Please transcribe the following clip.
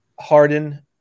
Harden